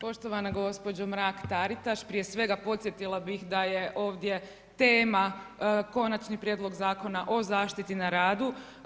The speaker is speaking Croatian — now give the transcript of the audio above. Poštovana gospođo Mrak-Taritaš, prije svega podsjetila bih da je ovdje tema Konačni prijedlog zakona o zaštiti na radu.